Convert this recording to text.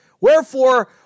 Wherefore